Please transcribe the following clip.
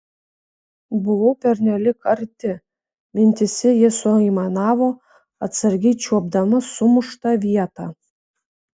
buvau pernelyg arti mintyse ji suaimanavo atsargiai čiuopdama sumuštą vietą